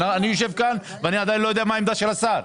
אני יושב כאן ואני עדיין לא יודע מה עמדת השר.